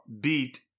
beat